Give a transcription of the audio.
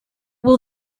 will